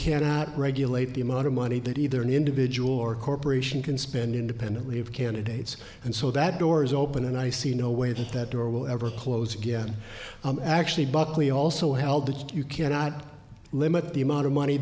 cannot regulate the amount of money that either an individual or corporation can spend independently of candidates and so that door's open and i see no way that that door will ever close again actually buckley also held that you cannot limit the amount of money